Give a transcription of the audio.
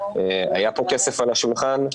היה פה כסף על השולחן,